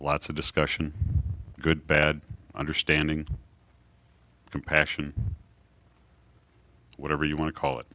lots of discussion good bad understanding compassion whatever you want to call it